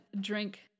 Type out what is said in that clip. drink